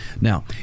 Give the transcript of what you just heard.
Now